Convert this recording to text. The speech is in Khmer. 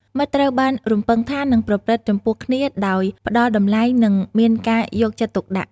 មិត្តត្រូវបានរំពឹងថានឹងប្រព្រឹត្តចំពោះគ្នាដោយផ្ដល់តម្លៃ និងមានការយកចិត្តទុកដាក់។